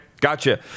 gotcha